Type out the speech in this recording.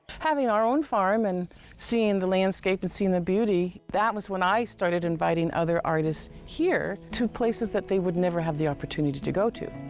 having our own farm, and seeing the landscape and seeing the beauty, that is when i started inviting other artists here to places that they would never have the opportunity to to go to.